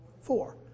Four